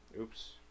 oops